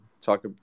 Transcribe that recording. talk